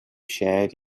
shared